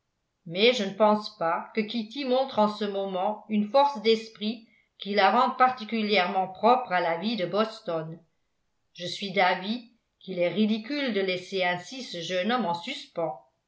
mais je ne pense pas que kitty montre en ce moment une force d'esprit qui la rende particulièrement propre à la vie de boston je suis d'avis qu'il est ridicule de laisser ainsi ce jeune homme en suspens